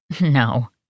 No